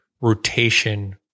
rotation